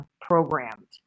programmed